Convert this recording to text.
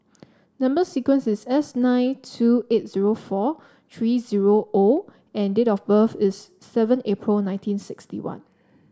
number sequence is S nine two eight zero four three zero O and date of birth is seven April nineteen sixty one